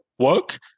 work